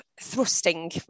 thrusting